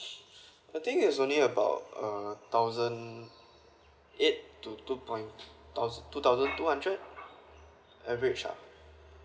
I think is only about uh thousand eight to two point thousand two thousand two hundred average lah